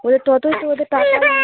ওদের ততোই তো ওদের টাকা